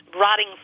Rotting